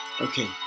Okay